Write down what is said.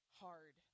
hard